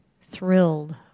thrilled